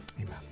Amen